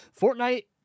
Fortnite